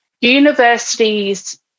Universities